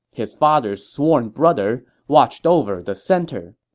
his father's sworn brother, watched over the center.